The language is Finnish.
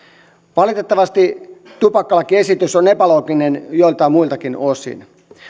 valitettavasti tupakkalakiesitys on epälooginen joiltain muiltakin osin